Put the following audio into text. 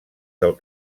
del